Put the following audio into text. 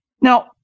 Now